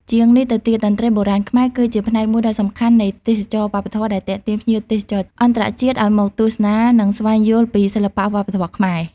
ជាងនេះទៅទៀត តន្ត្រីបុរាណខ្មែរ គឺជាផ្នែកមួយដ៏សំខាន់នៃទេសចរណ៍វប្បធម៌ ដែលទាក់ទាញភ្ញៀវទេសចរអន្តរជាតិឱ្យមកទស្សនា និងស្វែងយល់ពីសិល្បៈវប្បធម៌ខ្មែរ។